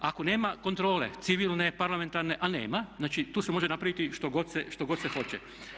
Ako nema kontrole civilne, parlamentarne a nema, znači tu se može napraviti što god se hoće.